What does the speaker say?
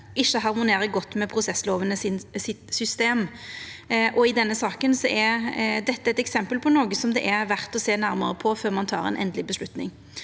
ikkje harmonerer godt med prosesslovenes system. I denne saka er dette eit eksempel på noko som det er verdt å sjå nærare på før ein tek ei endeleg avgjerd.